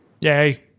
Yay